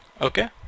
Okay